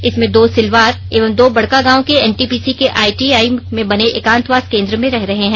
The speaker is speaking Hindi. इसमें दो सिलवार एवं दो बड़कागांव के एनटीपीसी के आईटीआई में बने एकांतवास केंद्र में रह रहे हैं